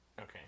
Okay